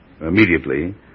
immediately